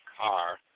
car